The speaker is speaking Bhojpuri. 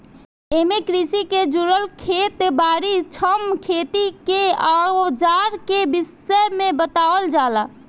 एमे कृषि के जुड़ल खेत बारी, श्रम, खेती के अवजार के विषय में बतावल जाला